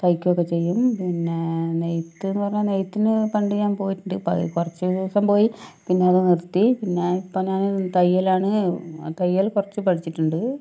തൈക്കുകയൊക്കെ ചെയ്യും പിന്നെ നെയ്ത്ത് എന്നു പറഞ്ഞാൽ നെയ്ത്തിന് പണ്ട് ഞാൻ പോയിട്ടുണ്ട് പകുതി കുറച്ച് ദിവസം പോയി പിന്നെയത് നിർത്തി പിന്നെ ഇപ്പോൾ ഞാൻ തയ്യലാണ് തയ്യൽ കുറച്ച് പഠിച്ചിട്ടുണ്ട്